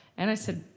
and i said,